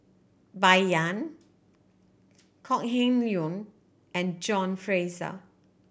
Bai Yan Kok Heng Leun and John Fraser